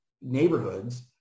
neighborhoods